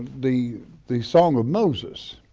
the the song of moses,